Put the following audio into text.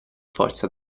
forza